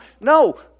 No